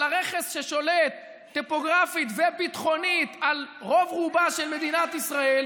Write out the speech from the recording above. על הרכס ששולט טופוגרפית וביטחונית על רוב-רובה של מדינת ישראל.